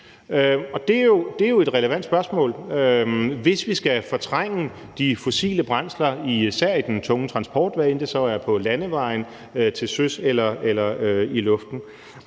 Det er jo et relevant spørgsmål, hvis vi skal fortrænge de fossile brændsler især i den tunge transport, hvad end det så er på landevejen, til søs eller i luften.